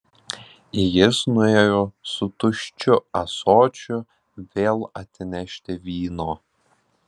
jis nuėjo su tuščiu ąsočiu vėl atnešti vyno